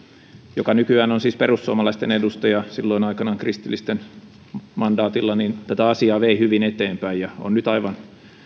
joka nykyään on siis perussuomalaisten edustaja silloin aikanaan kristillisten mandaatilla tätä asiaa vei hyvin eteenpäin ja on nyt aivan